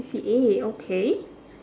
C_C_A okay